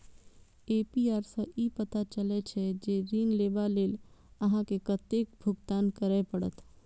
APR सं ई पता चलै छै, जे ऋण लेबा लेल अहां के कतेक भुगतान करय पड़त